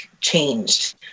changed